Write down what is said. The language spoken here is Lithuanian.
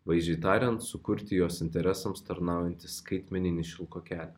vaizdžiai tariant sukurti jos interesams tarnaujanti skaitmeninį šilko kelią